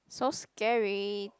so scary